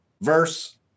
verse